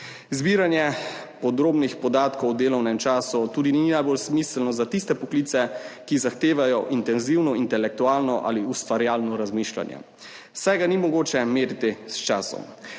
Zbiranje podrobnih podatkov o delovnem času tudi ni najbolj smiselno za tiste poklice, ki zahtevajo intenzivno intelektualno ali ustvarjalno razmišljanje, saj ga ni mogoče meriti s časom.